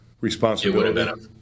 responsibility